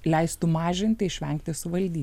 leistų mažinti išvengti suvaldyt